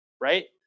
right